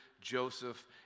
Joseph